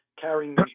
carrying